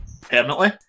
Permanently